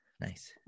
Nice